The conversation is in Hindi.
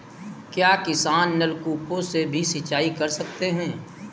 क्या किसान नल कूपों से भी सिंचाई कर सकते हैं?